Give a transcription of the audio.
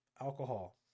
Alcohol